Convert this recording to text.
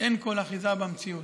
אין כל אחיזה במציאות.